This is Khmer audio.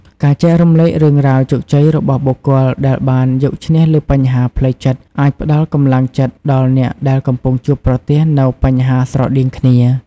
ការចែករំលែករឿងរ៉ាវជោគជ័យរបស់បុគ្គលដែលបានយកឈ្នះលើបញ្ហាផ្លូវចិត្តអាចផ្ដល់កម្លាំងចិត្តដល់អ្នកដែលកំពុងជួបប្រទះនូវបញ្ហាស្រដៀងគ្នា។